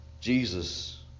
Jesus